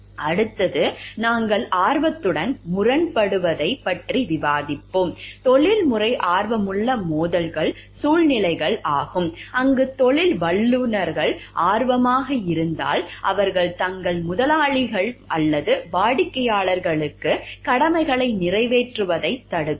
அடுத்து நாங்கள் ஆர்வத்துடன் முரண்படுவதைப் பற்றி விவாதிப்போம் தொழில்முறை ஆர்வமுள்ள மோதல்கள் சூழ்நிலைகள் ஆகும் அங்கு தொழில் வல்லுநர்கள் ஆர்வமாக இருந்தால் அவர்கள் தங்கள் முதலாளிகள் அல்லது வாடிக்கையாளர்களுக்கு தங்கள் கடமைகளை நிறைவேற்றுவதைத் தடுக்கலாம்